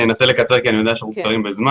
אנסה לקצר כי אני יודע שהזמן קצר.